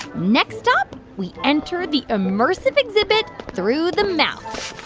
next up, we enter the immersive exhibit through the mouth